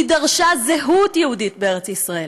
היא דרשה זהות יהודית בארץ ישראל.